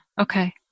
Okay